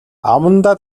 амандаа